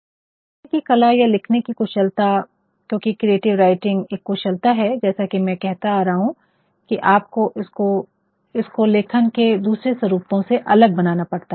अब यह लिखने की कला या लिखने की कुशलता क्योंकि क्रिएटिव राइटिंग एक कुशलता है जैसा कि मैं कहता आ रहा हूं कि आपको इसको लेखन के दूसरे स्वरूपों से अलग बनाना पड़ता है